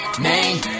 name